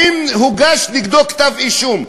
האם הוגש נגדו כתב-אישום?